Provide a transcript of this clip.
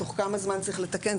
תוך כמה זמן צריך לתקן,